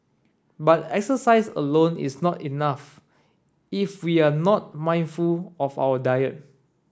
but exercise alone is not enough if we are not mindful of our diet